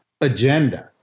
agenda